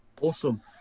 Awesome